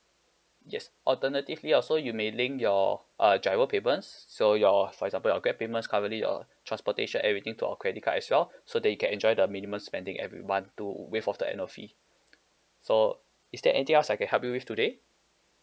yes alternatively also you may link your err GIRO payments so your for example your grab payments currently your transportation everything to our credit card as well so they can enjoy the minimum spending every month to waive off the annual fee so is there anything else I can help you with today